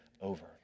over